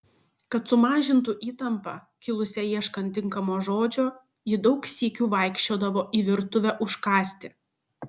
kad sumažintų įtampą kilusią ieškant tinkamo žodžio ji daug sykių vaikščiodavo į virtuvę užkąsti